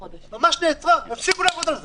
ממש נעצרה, הפסיקו לעבוד על זה.